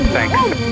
Thanks